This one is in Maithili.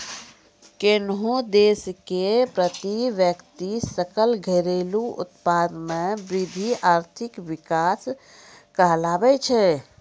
कोन्हो देश के प्रति व्यक्ति सकल घरेलू उत्पाद मे वृद्धि आर्थिक विकास कहलाबै छै